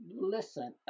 listen